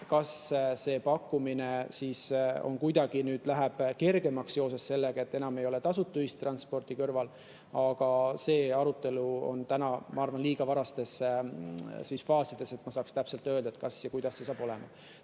kas see pakkumine läheb kergemaks seoses sellega, et enam ei ole tasuta ühistransporti kõrval. Aga see arutelu on täna, ma arvan, liiga varastes faasides, et ma saaksin täpselt öelda, kas ja kuidas see hakkab olema.